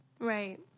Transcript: Right